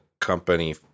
company